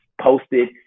posted